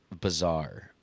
Bizarre